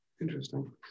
Interesting